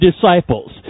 disciples